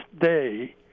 day